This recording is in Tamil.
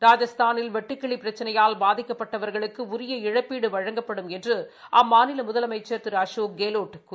ராஜஸ்தானில் வெட்டுக்கிளி பிரச்சினையால் பாதிக்கப்பட்டவர்களுக்கு உரிய இழப்பீடு வழங்கப்படும் என்ற அம்மாநில முதலமைச்சர் திரு அசோக் கெலாட் கூறியுள்ளார்